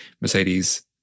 Mercedes